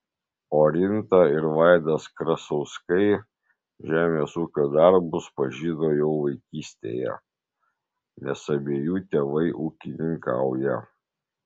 orinta ir vaidas krasauskai žemės ūkio darbus pažino jau vaikystėje nes abiejų tėvai ūkininkauja